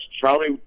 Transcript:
Charlie